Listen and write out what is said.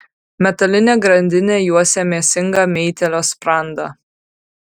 metalinė grandinė juosia mėsingą meitėlio sprandą